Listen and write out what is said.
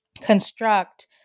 construct